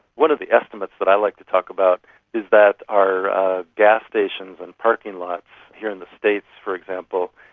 one of the estimates but i like to talk about is that our gas stations and parking lots here in the states, for example,